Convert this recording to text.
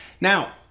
Now